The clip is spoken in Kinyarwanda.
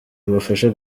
bubafasha